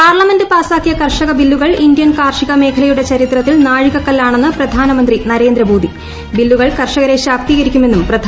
parliament പാസാക്കിയ കർഷക ബില്ലുകൾ ഇന്ത്യൻ കാർഷിക മേഖലയുടെ ചരിത്രത്തിൽ നാഴികക്കല്ലാണെന്ന് പ്രധാനമന്ത്രി നരേന്ദ്രമോദി ബില്ലുകൾ കർഷകരെ ശാക്തീകരിക്കുമെന്നും പ്രധാനുമന്ത്രി